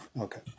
Okay